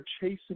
chasing